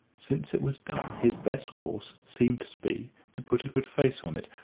since it was done, his best course seemed to be to put a good face on it,